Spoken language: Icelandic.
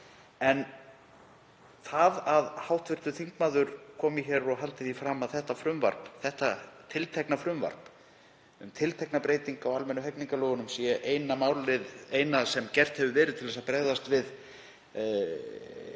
er að hv. þingmaður komi hér og haldi því fram að þetta frumvarp, þetta tiltekna frumvarp, um tilteknar breytingar á almennu hegningarlögunum, sé það eina sem gert hefur verið til að bregðast við þeim